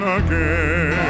again